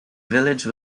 village